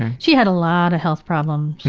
she had a lot of health problems.